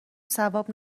ثواب